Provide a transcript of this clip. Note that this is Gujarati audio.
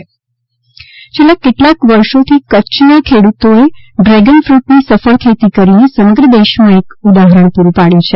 ડ્રેગન ફૂટ કચ્છ છેલ્લા કેટલાક વર્ષોથી કચ્છના ખેડૂતોએ ડ્રેગન ફ્ટની સફળ ખેતી કરીને સમગ્ર દેશમાં એક ઉદાહરણ પુરું પાડ્યું છે